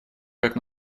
как